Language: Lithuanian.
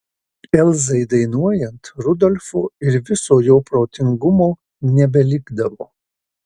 elzai dainuojant rudolfo ir viso jo protingumo nebelikdavo